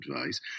advice